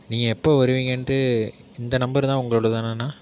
நீங்கள் எப்போ வருவிங்கனுட்டு இந்த நம்பர்தான் உங்களோடதாண்ணா